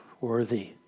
worthy